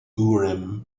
urim